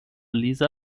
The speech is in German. lisa